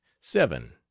Seven